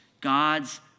god's